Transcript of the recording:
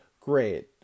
great